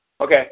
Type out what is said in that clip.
okay